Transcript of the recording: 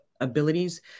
abilities